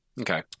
Okay